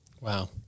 Wow